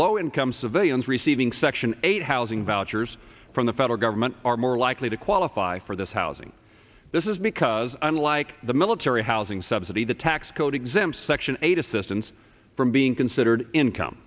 low income civilians receiving section eight housing vouchers from the federal government are more likely to qualify for this housing this is because unlike the military housing subsidy the tax code exempts section eight assistance from being considered income